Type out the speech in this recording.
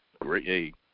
great